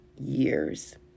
years